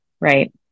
right